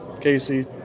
Casey